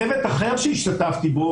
צוות אחר שהשתתפתי בו,